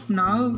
now